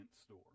store